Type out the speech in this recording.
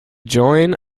join